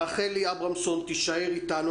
רחלי אברמזון תישאר איתנו,